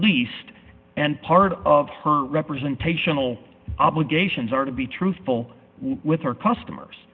least and part of her representational obligations are to be truthful with her customers